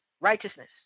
righteousness